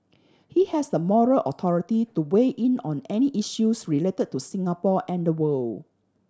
he has the moral authority to weigh in on any issues related to Singapore and the world